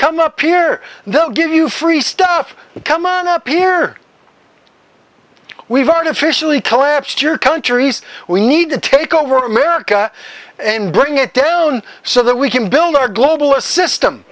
come up here they'll give you free stuff come on up here we've artificially collapsed your countries we need to take over america and bring it down so that we can build our global a system